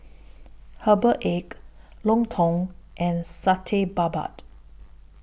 Herbal Egg Lontong and Satay Babat